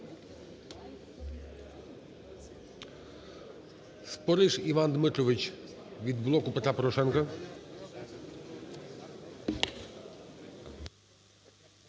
Спориш Іван Дмитрович від "Блоку Петра Порошенка".